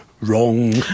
Wrong